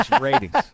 ratings